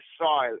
soil